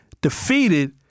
Defeated